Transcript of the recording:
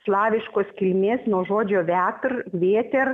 slaviškos kilmės nuo žodžio vetr vėter